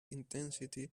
intensity